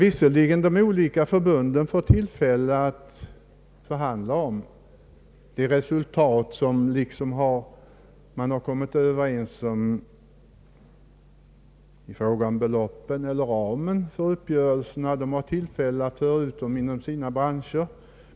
Visserligen har de olika förbunden fått tillfälle att förhandla om beloppen eller ramen för uppgörelserna — de har haft tillfälle att göra detta inom sina branscher.